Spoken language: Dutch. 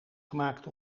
gemaakt